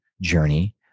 journey